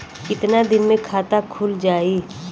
कितना दिन मे खाता खुल जाई?